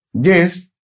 Yes